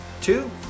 Two